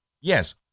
yes